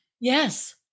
Yes